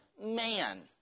man